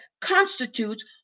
constitutes